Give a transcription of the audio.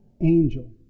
angel